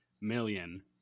million